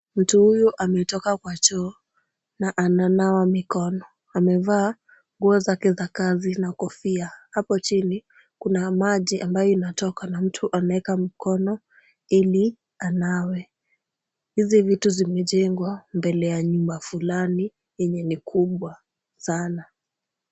Mtu huyu ametoka kwa choo na ananawa mikono. Amevaa nguo zake za kazi na kofia. Hapo chini kuna maji ambayo inatoka na mtu ameweka mkono ili anawe. Hizi vitu zimejengwa mbele ya nyumba fulani yenye ni kubwa sana.